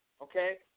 Okay